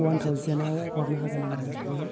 अवान थाउजेण्डआव हरनो हागोन नामा नोंथाङा